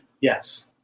Yes